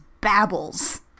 babbles